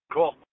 Cool